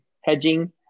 hedging